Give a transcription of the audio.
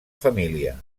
família